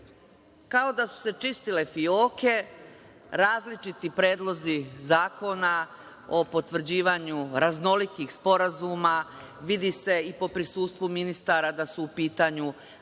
Kao da su se čistile fioke, različiti predlozi zakona o potvrđivanju raznolikih sporazuma, vidi se i po prisustvu ministara da su u pitanju različite